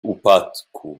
upadku